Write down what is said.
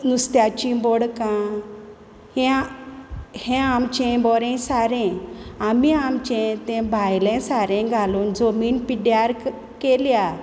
नुस्त्याची बोडकां हें हें आमचें बरें सारें आमी आमचें तें भायलें सारें घालून जमीन पिड्ड्यार केल्या